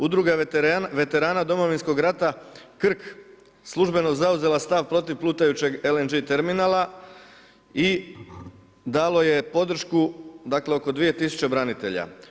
Udruga veterana Domovinskog rata Krk, službeno zauzela stav protiv plutajućeg LNG terminala i dalo je podršku oko 2000 branitelja.